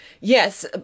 Yes